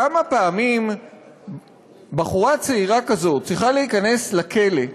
כמה פעמים בחורה צעירה כזאת צריכה להיכנס לכלא,